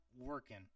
working